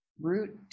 root